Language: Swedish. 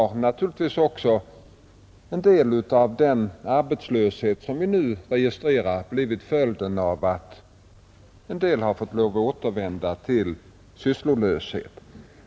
En del av den arbetslöshet som vi nu registrerar är följden av att några av dessa personer har fått lov att återvända till sysslolöshet.